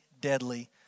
deadly